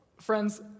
Friends